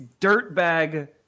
dirtbag